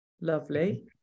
Lovely